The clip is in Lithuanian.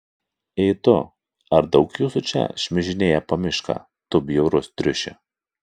ei tu ar daug jūsų čia šmižinėja po mišką tu bjaurus triuši